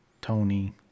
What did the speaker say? tony